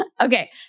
Okay